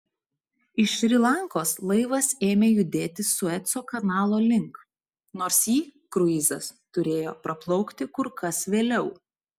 iš šri lankos laivas ėmė judėti sueco kanalo link nors jį kruizas turėjo praplaukti kur kas vėliau